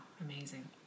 amazing